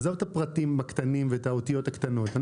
עזוב את הפרטים הקטנים ואת האותיות הקטנות.